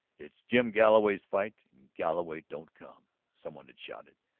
it's jim galloway's fight and galloway don't come! some one had shouted.